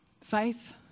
faith